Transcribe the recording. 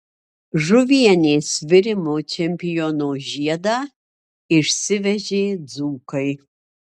žuvienės virimo čempiono žiedą išsivežė dzūkai